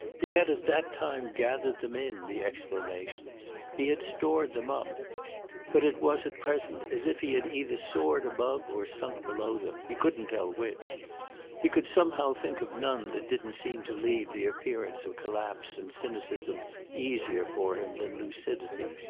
he had at that time gathered them in, the explanations he had stored them up but it was at present as if he had either soared above or sunk below them he couldn't tell which he could somehow think of none that didn't seem to leave the appearance of collapse and cynicism easier for him than lucidity.